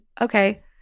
okay